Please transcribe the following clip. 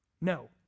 No